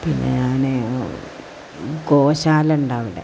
പിന്നെ ഞാന് ഗോശാലയുണ്ടവിടെ